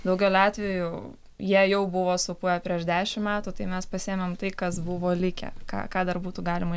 daugeliu atvejų jie jau buvo supuvę prieš dešimt metų tai mes pasiėmėm tai kas buvo likę ką ką dar būtų galima